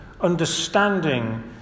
understanding